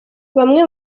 bamwe